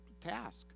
task